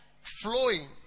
flowing